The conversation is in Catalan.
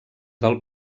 del